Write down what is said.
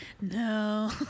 No